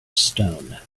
stone